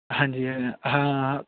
ਹਾਂਜੀ ਹਾਂ